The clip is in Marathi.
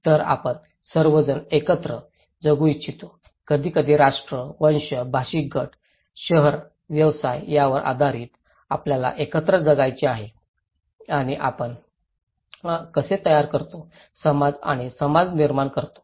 तर आपण सर्व जण एकत्र जगू इच्छितो कधी कधी राष्ट्र वंश भाषिक गट शहर व्यवसाय यावर आधारित आपल्याला एकत्र जगायचे आहे आणि आपण कसे तयार करतो समाज आणि समाज निर्माण करतो